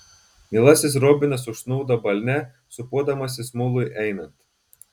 mielasis robinas užsnūdo balne sūpuodamasis mului einant